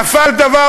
נפל דבר,